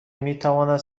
میتواند